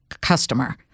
customer